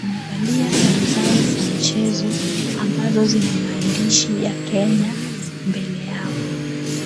wamevalia sare zao za mchezo ambazo zina maandishi ya Kenya mbele yao.